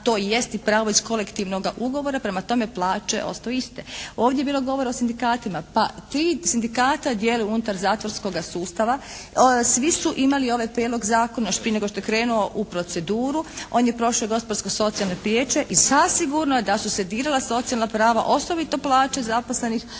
na to i jest i pravo iz kolektivnoga ugovora. Prema tome, plaće ostaju iste. Ovdje je bilo govora o sindikatima. Pa tri sindikata djeluje unutar zatvorskoga sustava. Svi su imali ovaj prijedlog zakona prije nego što je krenuo u proceduru. On je prošao i Gospodarsko socijalno vijeće i zasigurno je da su se dirala socijalna prava osobito plaće zaposlenih u